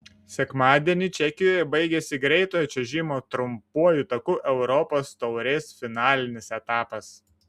sekmadienį čekijoje baigėsi greitojo čiuožimo trumpuoju taku europos taurės finalinis etapas